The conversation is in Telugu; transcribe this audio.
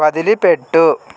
వదిలిపెట్టు